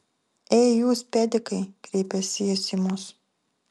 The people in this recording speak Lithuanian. ei jūs pedikai kreipėsi jis į mus